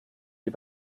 die